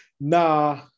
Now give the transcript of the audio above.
Nah